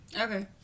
okay